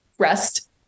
rest